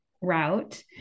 route